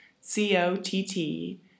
C-O-T-T